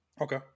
Okay